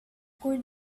could